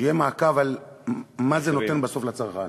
שיהיה מעקב מה זה נותן בסוף לצרכן.